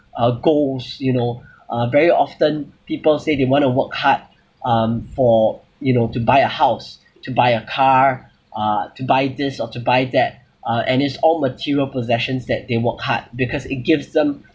uh goals you know uh very often people say they want to work hard um for you know to buy a house to buy a car uh to buy this or to buy that uh and it's all material possessions that they work hard because it gives them